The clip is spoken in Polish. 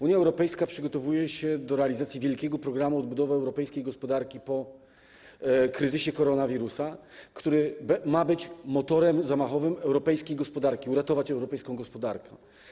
Unia Europejska przygotowuje się do realizacji wielkiego programu odbudowy europejskiej gospodarki po kryzysie koronawirusa, który ma być motorem, kołem zamachowym europejskiej gospodarki, ma uratować europejską gospodarkę.